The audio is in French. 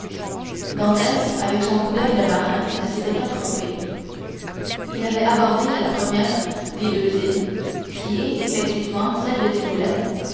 dantès avec son coup d'oeil de marin ne s'était pas trompé il avait abordé à la première des deux îles qui est effectivement celle de